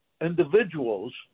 individuals